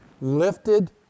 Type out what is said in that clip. lifted